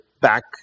back